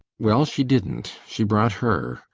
well, she didn't. she brought her.